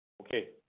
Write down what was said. Okay